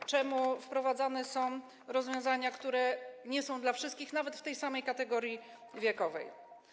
Dlaczego wprowadzane są rozwiązania, które nie są dla wszystkich nawet w zakresie tej samej kategorii wiekowej?